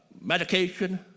medication